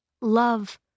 Love